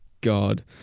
god